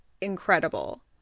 incredible